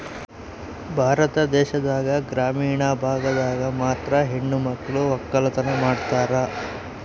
ಭಾರತ ದೇಶದಾಗ ಗ್ರಾಮೀಣ ಭಾಗದಾಗ ಮಾತ್ರ ಹೆಣಮಕ್ಳು ವಕ್ಕಲತನ ಮಾಡ್ತಾರ